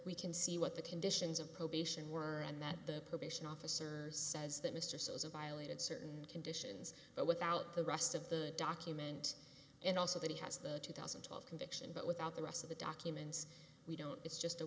we can see what the conditions of probation were and that the probation officer says that mr sosa violated certain conditions but without the rest of the document and also that he has the two thousand and twelve conviction but without the rest of the documents we don't it's just a